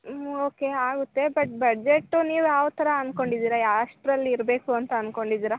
ಊಂ okay ಆಗುತ್ತೆ but budget ನೀವು ಯಾವ ಥರ ಅಂದ್ಕೊಂಡಿದೀರ ಎಷ್ಟ್ರಲ್ಲಿ ಇರಬೇಕು ಅಂತ ಅನ್ಕೊಂಡಿದ್ದೀರ